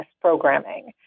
programming